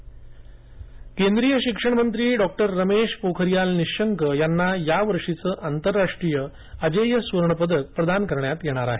शिक्षणमंत्री पुरस्कार केंद्रीय शिक्षण मंत्री डॉ रमेश पोखरियाल निशंक यांना या वर्षीचं आंतरराष्ट्रीय अजेय सुवर्ण पदक प्रदान करण्यात येणार आहे